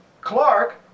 Clark